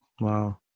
Wow